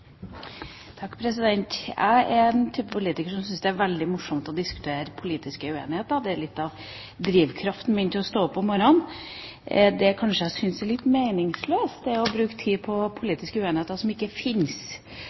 veldig morsomt å diskutere politiske uenigheter. Det er litt av drivkraften min for å stå opp om morgenen. Det jeg kanskje syns er litt meningsløst, er å bruke tid på politiske uenigheter som ikke